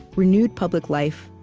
renewed public life,